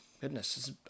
goodness